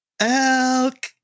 Elk